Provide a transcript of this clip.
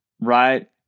right